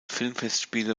filmfestspiele